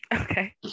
Okay